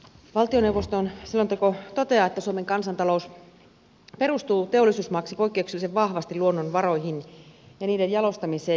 valtioneuvoston selonteko toteaa että suomen kansantalous perustuu teollisuusmaaksi poikkeuksellisen vahvasti luonnonvaroihin ja niiden jalostamiseen